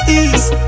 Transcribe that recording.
east